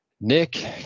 nick